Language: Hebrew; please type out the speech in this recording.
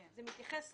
אני משנה את זה.